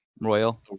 royal